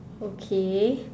okay